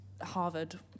Harvard